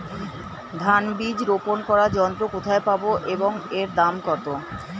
ধান বীজ রোপন করার যন্ত্র কোথায় পাব এবং এর দাম কত?